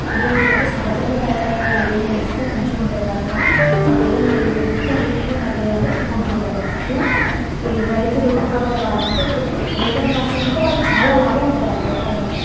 ఎరువు అంటే సహజంగా తయారైన ఎరువులు వేస్తే మంచిగుంటాయి కదా అని సహజంగా ఎరువు ఎంత రేటైనా పర్లేదని కొంటుంటారు అట్ల ఈ రైతులు పక్క వ్యాపారం అంటే ఇప్పుడు మేకలను కాసిండ్రనుకో వాళ్ళకు చాలా లాభం ఉంటుంది ఆ వ్యాపారంలో